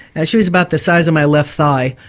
and she was about the size of my left thigh,